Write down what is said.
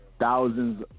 Thousands